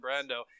Brando